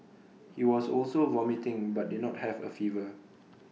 he was also vomiting but did not have A fever